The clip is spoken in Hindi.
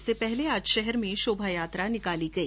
इससे पहले आज शहर में शोभायात्रा निकाली गई